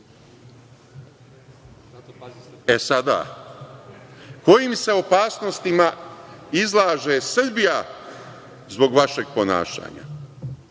sada kojim se opasnostima izlaže Srbija zbog vašeg ponašanja?